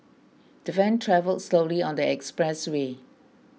the van travelled slowly on the expressway